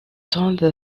tombe